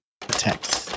text